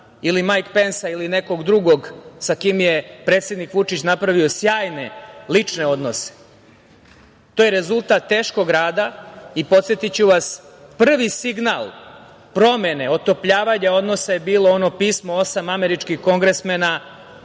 ili Majk Pensa ili nekog drugog, sa kim je predsednik Vučić napravio sjajne lične odnose, jer to je rezultat teškog rada. Podsetiću vas, prvi signal promene, otopljavanja odnosa je bilo ono pismo osam američkih kongresmena